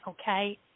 okay